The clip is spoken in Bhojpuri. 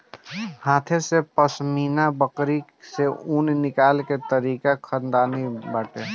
हाथे से पश्मीना बकरी से ऊन निकले के तरीका खानदानी बाटे